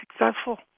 successful